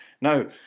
Now